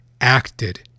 acted